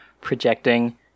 projecting